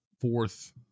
fourth